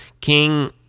King